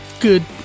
good